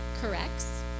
corrects